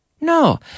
No